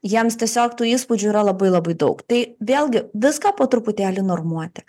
jiems tiesiog tų įspūdžių yra labai labai daug tai vėlgi viską po truputėlį normuoti